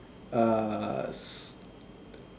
uh